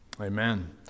Amen